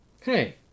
hey